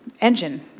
engine